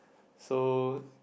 so